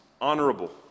honorable